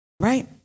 right